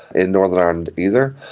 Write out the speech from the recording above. in northern ireland either.